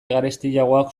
garestiagoak